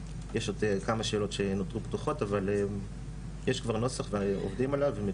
יש עוד כמה שאלות שנותרו פתוחות אבל יש כבר נוסח ועובדים עליו.